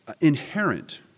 inherent